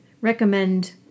recommend